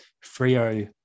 frio